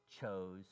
chose